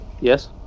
Yes